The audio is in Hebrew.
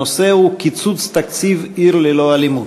הנושא הוא: קיצוץ תקציב "עיר ללא אלימות".